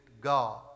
God